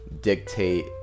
dictate